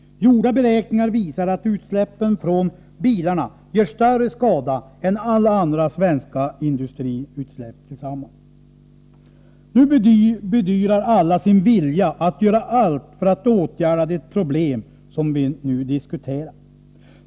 Gjorda beräkningar visar att utsläppen från bilarna gör större skada än alla svenska industriutsläpp tillsammans. Nu bedyrar alla sin vilja att göra allt för att åtgärda det problem som vi nu diskuterar.